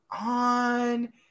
on